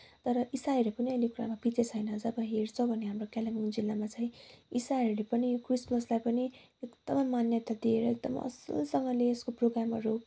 तर इसाईहरू पनि अहिले कुरामा पछि छैनन् जब हेर्छौँ भने कालिम्पोङ जिल्लमा चाहिँ इसाईहरूले पनि क्रिसमसलाई पनि एकदमै मान्यता दिएर एकदम असलसँगले यसको प्रोग्रामहरू